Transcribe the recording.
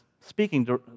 speaking